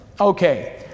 Okay